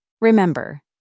Remember